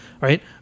right